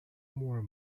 more